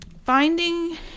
Finding